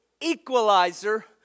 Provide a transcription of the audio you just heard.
equalizer